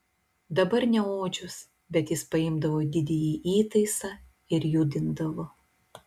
dabar ne odžius bet jis paimdavo didįjį įtaisą ir judindavo